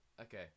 Okay